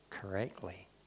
correctly